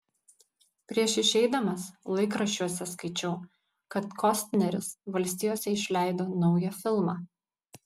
prieš išeidamas laikraščiuose skaičiau kad kostneris valstijose išleido naują filmą